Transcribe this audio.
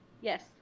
Yes